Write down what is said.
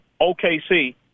OKC